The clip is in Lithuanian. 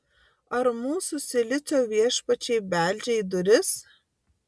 ar mūsų silicio viešpačiai beldžia į duris